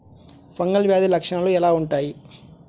Fungal వ్యాధి లక్షనాలు ఎలా వుంటాయి?